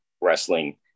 wrestling